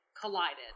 collided